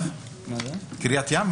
נעבור לקריית ים.